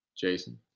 Jason